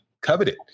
coveted